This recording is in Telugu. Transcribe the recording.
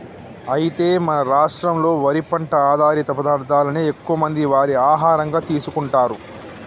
అయితే మన రాష్ట్రంలో వరి పంట ఆధారిత పదార్థాలనే ఎక్కువ మంది వారి ఆహారంగా తీసుకుంటారు